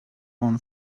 own